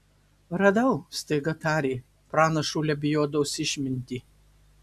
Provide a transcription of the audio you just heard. radau staiga tarė pranašo lebiodos išmintį